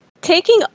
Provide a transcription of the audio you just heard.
Taking